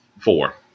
four